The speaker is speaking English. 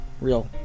real